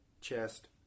chest